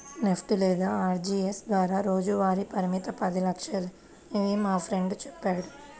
NEFT లేదా RTGS ద్వారా రోజువారీ పరిమితి పది లక్షలేనని మా ఫ్రెండు చెప్పాడు